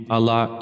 Allah